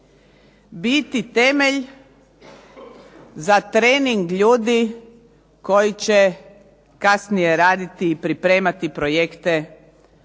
biti temelj za trening ljudi koji će kasnije raditi i pripremati projekte